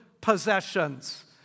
possessions